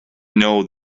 know